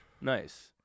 Nice